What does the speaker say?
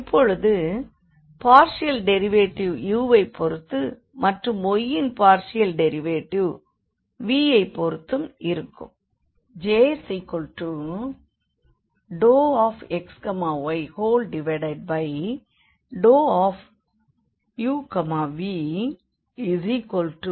இப்போது partial derivative u வைப் பொறுத்து மற்றும் y ன் பார்ஷியல் டெரிவேடிவ் v யைப் பொறுத்தும் இருக்கும்